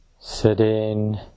sitting